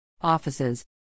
offices